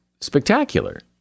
spectacular